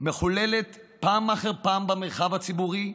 מחוללת פעם אחר פעם במרחב הציבורי,